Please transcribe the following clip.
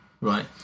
Right